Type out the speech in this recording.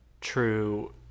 true